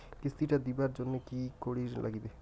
কিস্তি টা দিবার জন্যে কি করির লাগিবে?